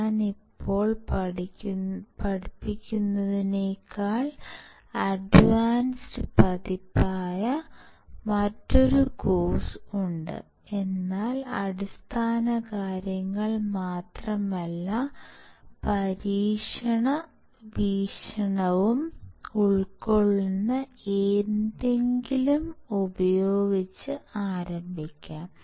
ഞാൻ ഇപ്പോൾ പഠിപ്പിക്കുന്നതിനേക്കാൾ അഡ്വാൻസ് പതിപ്പായ മറ്റൊരു കോഴ്സ് ഉണ്ട് എന്നാൽ അടിസ്ഥാനകാര്യങ്ങൾ മാത്രമല്ല പരീക്ഷണ വീക്ഷണവും ഉൾക്കൊള്ളുന്ന എന്തെങ്കിലും ഉപയോഗിച്ച് ആരംഭിക്കാം